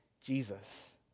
Jesus